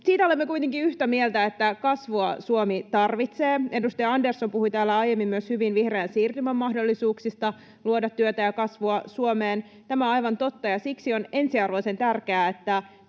Siinä olemme kuitenkin yhtä mieltä, että kasvua Suomi tarvitsee. Edustaja Andersson puhui täällä aiemmin hyvin myös vihreän siirtymän mahdollisuuksista luoda työtä ja kasvua Suomeen. Tämä on aivan totta, ja siksi on ensiarvoisen tärkeää, että